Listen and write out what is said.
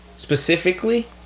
Specifically